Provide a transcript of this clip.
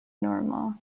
normal